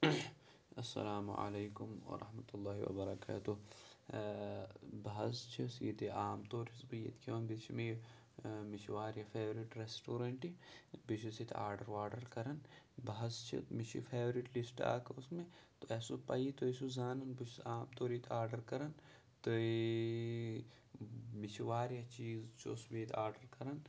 اَسَلامُ علیکُم ورحمتُ اللہِ وَبَرکاتُہ بہٕ حظ چھُس ییٚتہِ عام طور یُس بہٕ ییٚتہِ کھٮ۪وان بیٚیہِ چھِ مےٚ یہِ مےٚ چھِ واریاہ فیورِٹ رٮ۪سٹورنٛٹ یہِ بیٚیہِ چھُس ییٚتہِ آڈَر واڈَر کَران بہٕ حظ چھِ مےٚ چھِ مےٚ چھِ یہِ فیورِٹ لِسٹ اَکھ اوس مےٚ تۄہہِ آسِوُ پَیی تُہۍ ٲسِو زانَن بہٕ چھُس عام طور ییٚتہِ آڈَر کَران تہٕ مےٚ چھِ واریاہ چیٖز چھُس بہٕ ییٚتہِ آڈَر کَران